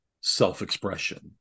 self-expression